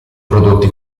prodotti